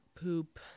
poop